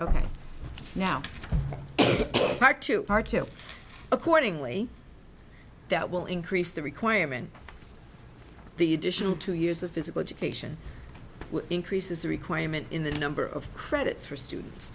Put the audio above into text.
ok now part two part two accordingly that will increase the requirement the additional two years of physical education increases the requirement in the number of credits for students